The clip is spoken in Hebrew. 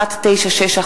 התשע”א